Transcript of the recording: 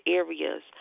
areas